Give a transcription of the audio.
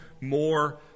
more